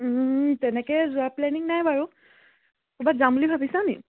তেনেকে যোৱা প্লেনিং নাই বাৰু ক'ৰবাত যাম বুলি ভাবিছা নি